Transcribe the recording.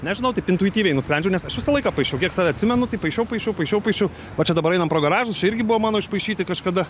nežinau taip intuityviai nusprendžiau nes aš visą laiką paišau kiek save atsimenu tai paišiau paišiau paišiau paišiau o čia dabar einam pro garažus čia irgi buvo mano išpaišyti kažkada